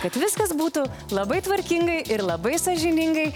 kad viskas būtų labai tvarkingai ir labai sąžiningai